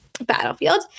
battlefield